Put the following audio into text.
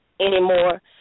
anymore